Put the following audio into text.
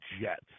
Jets